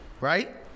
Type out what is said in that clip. right